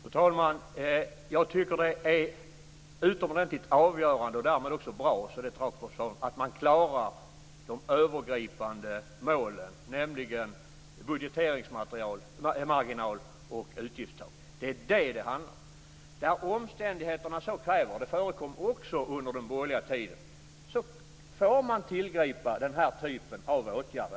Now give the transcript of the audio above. Fru talman! Jag tycker att det är utomordentligt avgörande, och därmed också bra, att man klarar de övergripande målen, nämligen budgeteringsmarginal och utgiftstak. Det är det som det handlar om. Där omständigheterna så kräver - det förekom också under den borgerliga tiden - får man tillgripa den här typen av åtgärder.